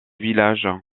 village